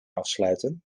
afsluiten